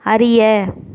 அறிய